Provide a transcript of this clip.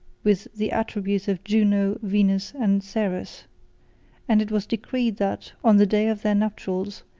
with the attributes of juno, venus, and ceres and it was decreed, that, on the day of their nuptials,